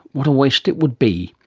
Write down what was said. what a waste it would be.